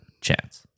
chance